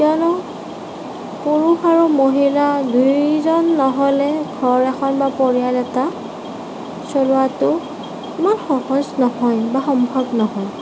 কিয়নো পুৰুষ আৰু মহিলা দুয়োজন নহ'লে ঘৰ এখন বা পৰিয়াল এটা চলাৱাটো ইমান সহজ নহয় বা সম্ভৱ নহয়